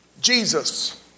Jesus